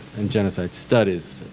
and genocide studies,